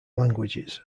languages